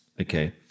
Okay